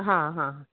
हा हा